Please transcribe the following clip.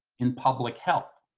in public health.